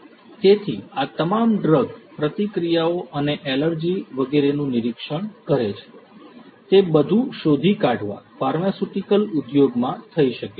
તેથી આ તમામ ડ્રગ પ્રતિક્રિયાઓ અને એલર્જી વગેરેનું નિરીક્ષણ કરે છે તે બધું શોધી કાઢવા ફાર્માસ્યુટિકલ ઉદ્યોગમાં થઈ શકે છે